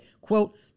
Quote